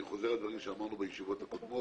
אני חוזר על דברים שאמרנו בישיבות הקודמות.